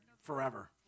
forever